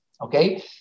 okay